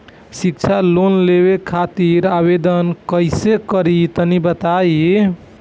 शिक्षा लोन लेवे खातिर आवेदन कइसे करि तनि बताई?